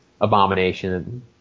abomination